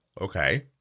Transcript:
Okay